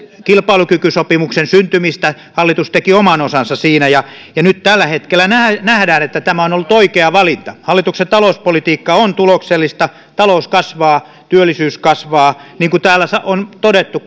kilpailukykysopimuksen syntymistä hallitus teki oman osansa siinä ja ja nyt tällä hetkellä nähdään nähdään että tämä on ollut oikea valinta hallituksen talouspolitiikka on tuloksellista talous kasvaa työllisyys kasvaa niin kuin täällä on todettu